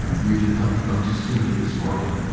you did not come up to see me this morning.